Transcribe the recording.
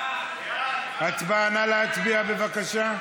נא להצביע, בבקשה.